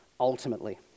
Ultimately